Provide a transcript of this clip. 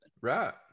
Right